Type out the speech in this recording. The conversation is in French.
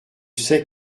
sais